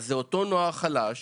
אז זה אותו נוער חלש